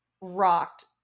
rocked